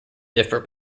differ